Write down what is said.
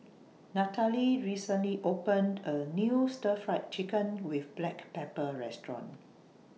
Natalie recently opened A New Stir Fried Chicken with Black Pepper Restaurant